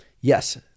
yes